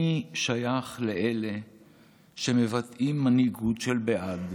אני שייך לאלה שמבטאים מנהיגות של בעד.